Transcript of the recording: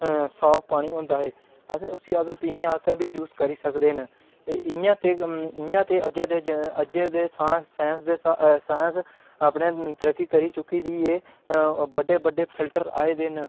साफ पानी होंदा ऐ अस उसी अगर पीने आस्तै बी यूज करी सकदे न इ'यां ते इ'यां ते अज्जै दे अज्जै दे सांस साईंस अपने तरक्की करी चुकी दी ऐ बड्डे बड्डे फिल्टर आए दे न